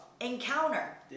encounter